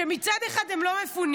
שמצד אחד הם לא מפונים,